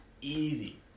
Easy